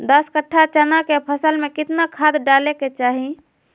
दस कट्ठा चना के फसल में कितना खाद डालें के चाहि?